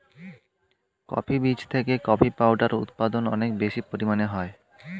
coffee বীজ থেকে coffee powder উৎপাদন অনেক বেশি পরিমাণে হয়